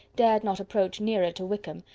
dared not approach nearer to wickham,